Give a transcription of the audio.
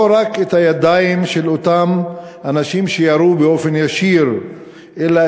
לא רק את הידיים של אותם אנשים שירו באופן ישיר אלא